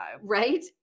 Right